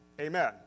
Amen